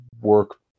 work